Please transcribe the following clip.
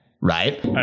right